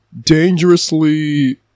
dangerously